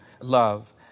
love